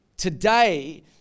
Today